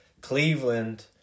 Cleveland